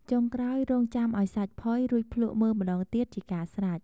ចុងក្រោយរង់ចាំឱ្យសាច់ផុយ រួចភ្លក្សមើលម្តងទៀតជាការស្រេច។